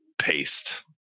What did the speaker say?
paste